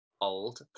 old